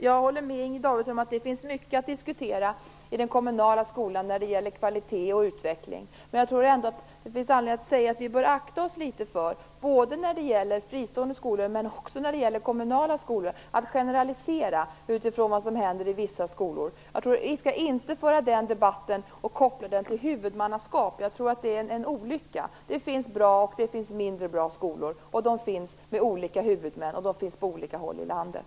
Jag håller med Inger Davidson om att det finns mycket att diskutera i den kommunala skolan när det gäller kvalitet och utveckling, men jag tror ändå att det finns anledning att säga att vi bör akta oss litet för att generalisera utifrån vad som händer i vissa skolor, både när det gäller fristående skolor och när det gäller kommunala skolor. Vi skall inte föra den debatten och koppla den till huvudmannaskap - jag tror att det är en olycka. Det finns bra och det finns mindre bra skolor, och de har olika huvudmän och finns på olika håll i landet.